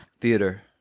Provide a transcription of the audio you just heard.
Theater